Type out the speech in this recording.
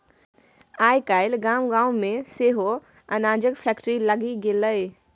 आय काल्हि गाम गाम मे सेहो अनाजक फैक्ट्री लागि गेलै